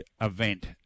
event